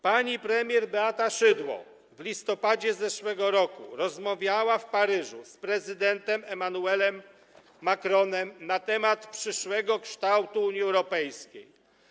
Pani premier Beata Szydło w listopadzie zeszłego roku rozmawiała w Paryżu z prezydentem Emmanuelem Macronem na temat przyszłego kształtu Unii Europejskiej.